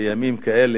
בימים כאלה,